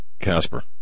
Casper